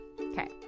Okay